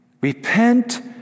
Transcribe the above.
Repent